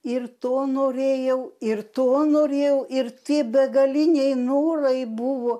ir to norėjau ir to norėjau ir tie begaliniai norai buvo